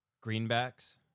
Greenbacks